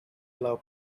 allow